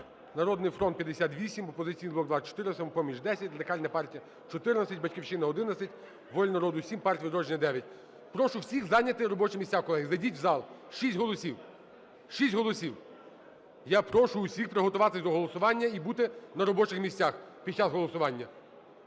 "Народний фронт" – 58, "Опозиційний блок" – 24, "Самопоміч" – 10, Радикальна партія – 14, "Батьківщина" – 11, "Воля народу" – 7, "Партія "Відродження" – 9. Прошу всіх зайняти робочі місця, колеги. Зайдіть у зал. Шість голосів. Шість голосів. Я прошу всіх приготуватись до голосування і бути на робочих місцях під час голосування.